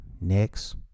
Next